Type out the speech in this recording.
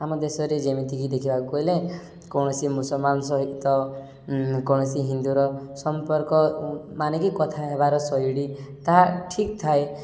ଆମ ଦେଶରେ ଯେମିତିକି ଦେଖିବାକୁ ହେଲେ କୌଣସି ମୁସଲମାନ ସହିତ କୌଣସି ହିନ୍ଦୁର ସମ୍ପର୍କ ମାନକି କଥା ହେବାର ଶୈଳୀ ତାହା ଠିକ୍ ଥାଏ